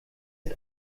ist